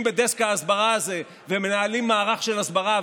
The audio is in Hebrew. בדסק ההסברה הזה ומנהלים מערך של הסברה.